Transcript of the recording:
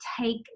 take